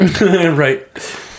Right